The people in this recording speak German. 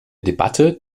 debatte